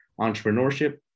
entrepreneurship